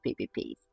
PPPs